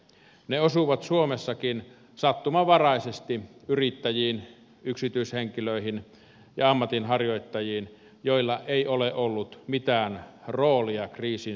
ne osuvat suomessakin sattumanvaraisesti yrittäjiin yksityishenkilöihin ja ammatinharjoittajiin joilla ei ole ollut mitään roolia kriisin syntymisen kanssa